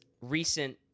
recent